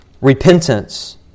repentance